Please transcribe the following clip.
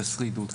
את השרידות.